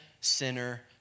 sinner